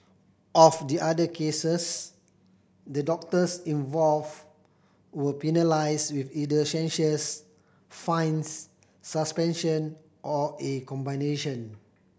of the other cases the doctors involved were penalised with either censures fines suspension or a combination